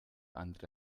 andere